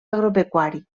agropecuari